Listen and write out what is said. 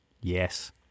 yes